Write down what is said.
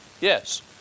Yes